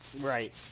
Right